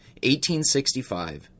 1865